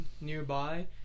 nearby